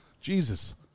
Jesus